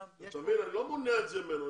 לא מונע את זה ממנו.